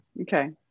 Okay